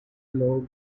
law